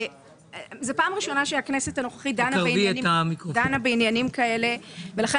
פעם ראשונה שהכנסת הנוכחית דנה בעניינים כאלה ולכן